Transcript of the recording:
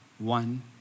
One